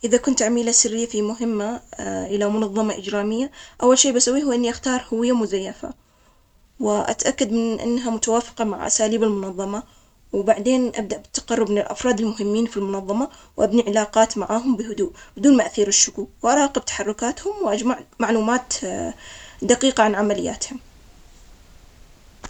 إذا كنت عميلة سرية في مهمة إلى منظمة إجرامية، أول شيء بسويه هو إني أختار هوية مزيفة، وأتأكد من إنها متوافقة مع أساليب المنظمة، وبعدين أبدأ بالتقرب من الأفراد المهمين في المنظمة، وابني علاقات معاهم بهدوء بدون ما أثير الشكوك، وأراقب تحركاتهم، وأجمع معلومات دقيقة عن عملياتهم.